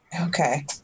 Okay